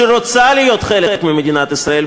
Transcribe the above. שרוצה להיות חלק ממדינת ישראל,